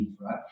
right